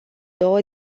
două